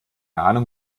ahnung